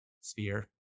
sphere